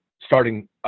starting –